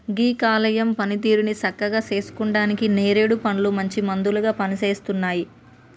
గీ కాలేయం పనితీరుని సక్కగా సేసుకుంటానికి నేరేడు పండ్లు మంచి మందులాగా పనిసేస్తున్నాయి